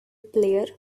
player